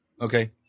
Okay